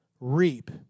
reap